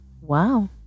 Wow